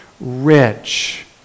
rich